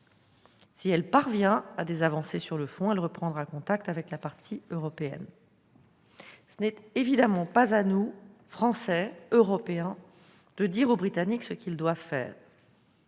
Si elle parvient à des avancées sur le fond, elle reprendra contact avec la partie européenne. Ce n'est évidemment pas à nous Français, Européens, de dire aux Britanniques ce qu'ils doivent faire.